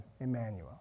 Emmanuel